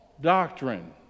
doctrine